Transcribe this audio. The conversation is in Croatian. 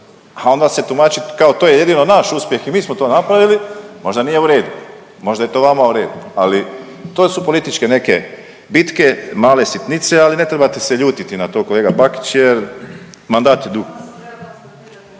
A onda se tumači kao to je jedino naš uspjeh i mi smo to napravili, možda nije u redu. Možda je to vama u redu. Ali to su političke neke bitke, male sitnice ali ne trebate se ljutiti na to kolega Bakić, jer mandat je dug.